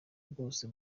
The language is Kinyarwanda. bwose